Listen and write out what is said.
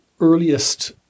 earliest